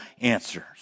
answers